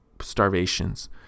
starvations